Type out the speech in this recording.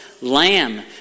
lamb